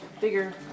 Bigger